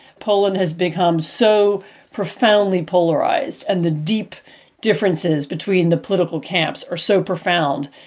poland has become so profoundly polarized and the deep differences between the political camps are so profound.